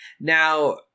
Now